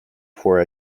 for